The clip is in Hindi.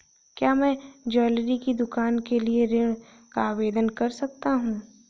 क्या मैं ज्वैलरी की दुकान के लिए ऋण का आवेदन कर सकता हूँ?